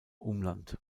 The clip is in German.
umland